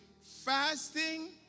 fasting